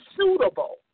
suitable